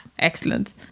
excellent